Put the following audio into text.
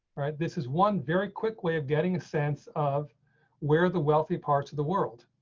right, this is one very quick way of getting a sense of where the wealthy parts of the world.